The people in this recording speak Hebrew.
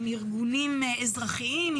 עם ארגונים אזרחיים,